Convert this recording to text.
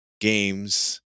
games